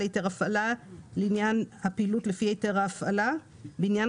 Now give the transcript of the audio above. היתר הפעלה לעניין הפעילות לפי היתר ההפעלה בעניין